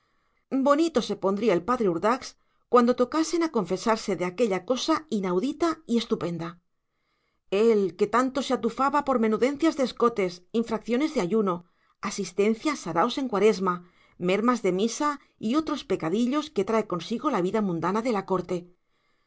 bonito se pondría el padre urdax cuando tocasen a confesarse de aquella cosa inaudita y estupenda él que tanto se atufaba por menudencias de escotes infracciones de ayuno asistencia a saraos en cuaresma mermas de misa y otros pecadillos que trae consigo la vida mundana en la corte